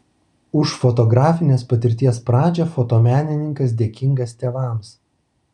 už fotografinės patirties pradžią fotomenininkas dėkingas tėvams